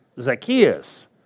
Zacchaeus